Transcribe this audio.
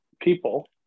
people